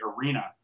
arena